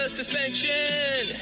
suspension